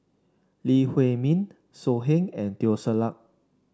Lee Huei Min So Heng and Teo Ser Luck